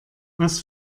was